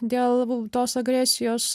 dėl tos agresijos